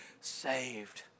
saved